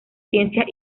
ciencias